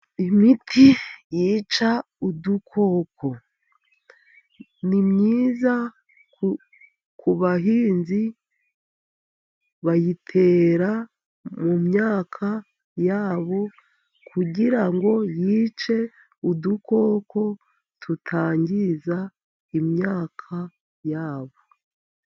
Imiti yica udukoko, ni myiza ku bahinzi, bayitera mu myaka yabo kugira ngo yice udukoko, tutangiza imyaka yabo.